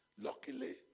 Luckily